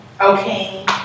Okay